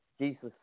Jesus